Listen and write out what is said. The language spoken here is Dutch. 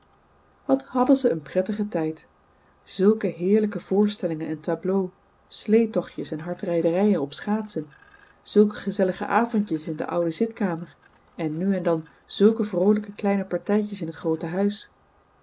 wat hadden ze een prettigen tijd zulke heerlijke voorstellingen en tableaux sleetochtjes en hardrijderijen op schaatsen zulke gezellige avondjes in de oude zitkamer en nu en dan zulke vroolijke kleine partijtjes in het groote huis